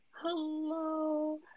hello